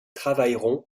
travailleront